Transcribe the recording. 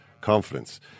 confidence